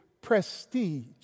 prestige